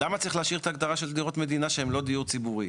למה צריך להשאיר את ההגדרה של דירות מדינה שהן לא דיור ציבורי?